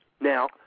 Now